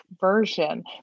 version